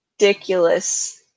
ridiculous